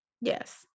yes